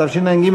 אין מתנגדים,